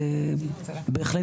בהחלט,